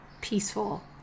peaceful